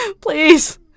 Please